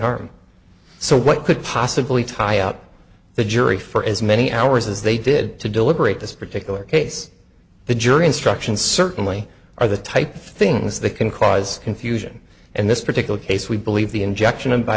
harm so what could possibly tie up the jury for as many hours as they did to deliberate this particular case the jury instructions certainly are the type of things that can cause confusion and this particular case we believe the injection